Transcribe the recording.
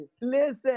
Listen